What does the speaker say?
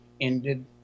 ended